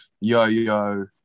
yo-yo